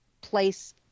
place